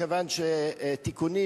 מכיוון שתיקונים,